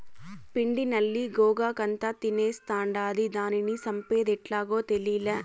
పిండి నల్లి గోగాకంతా తినేస్తాండాది, దానిని సంపేదెట్టాగో తేలీలా